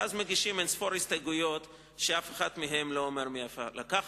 ואז מגישים אין-ספור הסתייגויות שאף אחת מהן לא אומרת מאיפה לקחת.